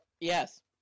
Yes